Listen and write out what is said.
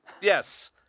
Yes